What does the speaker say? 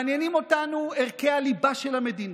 מעניינים אותנו ערכי הליבה של המדינה,